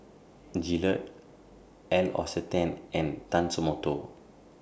Gillette L'Occitane and Tatsumoto